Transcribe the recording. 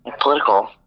political